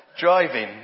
driving